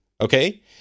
okay